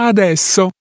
Adesso